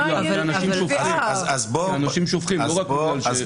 כי אנשים שופכים לשם פסולת.